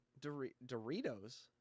Doritos